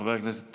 חבר הכנסת